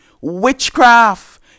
Witchcraft